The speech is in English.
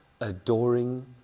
adoring